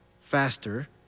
faster